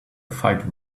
fight